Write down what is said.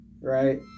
right